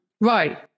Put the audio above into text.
right